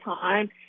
time